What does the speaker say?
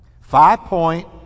Five-point